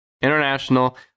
International